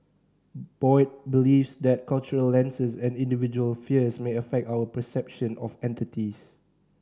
Boyd believes that cultural lenses and individual fears may affect our perception of entities